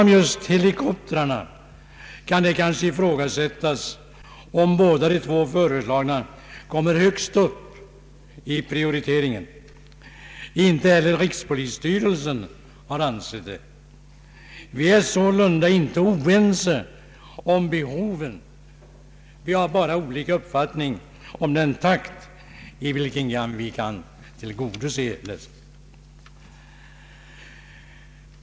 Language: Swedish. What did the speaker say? Beträffande helikoptrarna kan det kanske ifrågasättas om båda de två föreslagna kommer högst upp i prioriteringen. Inte heller rikspolisstyrelsen har ansett det. Vi är sålunda inte oense om behovet. Vi har bara olika uppfattning om den takt i vilken vi kan tillgodose dem.